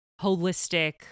holistic